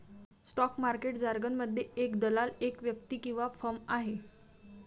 stock market जारगनमध्ये, एक दलाल एक व्यक्ती किंवा फर्म आहे